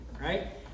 right